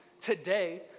today